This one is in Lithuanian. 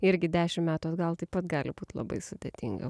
irgi dešim metų atgal taip pat gali būti labai sudėtinga